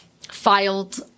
filed